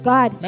God